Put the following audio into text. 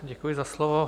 Děkuji za slovo.